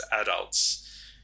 adults